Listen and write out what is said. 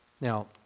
Now